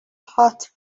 hot